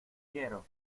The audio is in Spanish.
quiero